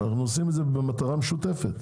אנחנו עושים את זה במטרה משותפת.